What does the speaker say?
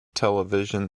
television